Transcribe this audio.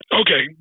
okay